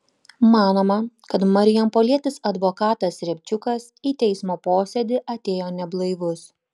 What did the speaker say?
manoma kad marijampolietis advokatas riabčiukas į teismo posėdį atėjo neblaivus